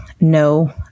no